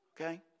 okay